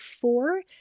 four